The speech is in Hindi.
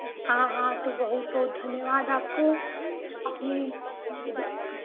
हाँ हाँ तो बहुत बहुत धन्यवाद आपको अपने